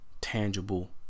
tangible